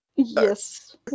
Yes